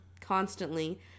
constantly